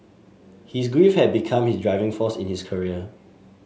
his grief had become his driving force in his career